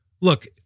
Look